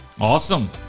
Awesome